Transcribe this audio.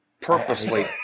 Purposely